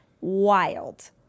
wild